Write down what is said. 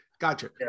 Gotcha